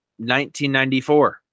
1994